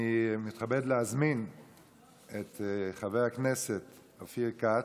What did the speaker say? אני מתכבד להזמין את חבר הכנסת אופיר כץ,